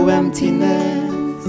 emptiness